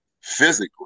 physically